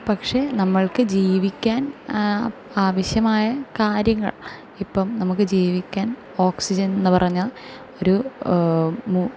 പക്ഷേ നമ്മൾക്ക് ജീവിക്കാൻ ആവശ്യമായ കാര്യങ്ങൾ ഇപ്പം നമുക്ക് ജീവിക്കാൻ ഓക്സിജൻ എന്ന് പറഞ്ഞ ഒരു